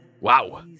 Wow